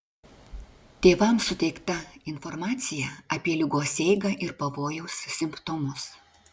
tėvams suteikta informacija apie ligos eigą ir pavojaus simptomus